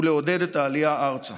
ולעודד את העלייה ארצה.